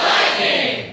Lightning